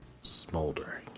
Smoldering